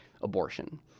abortion